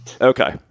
Okay